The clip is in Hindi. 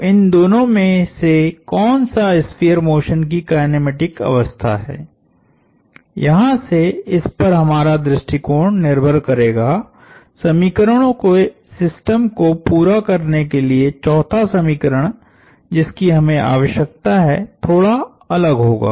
तो इन दोनों में से कौन सा स्फीयर मोशन की काइनेमेटिक अवस्था है यहां से इस पर हमारा दृष्टिकोण निर्भर करेगासमीकरणों के सिस्टम को पूरा करने के लिए चौथा समीकरण जिसकी हमें आवश्यकता हैथोड़ा अलग होगा